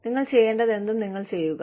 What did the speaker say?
നിങ്ങൾ ചെയ്യേണ്ടതെന്തും നിങ്ങൾ ചെയ്യുക